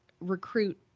recruit